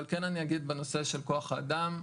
אבל כן אני אגיד בנושא של כוח האדם,